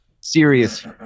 serious –